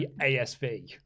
ASV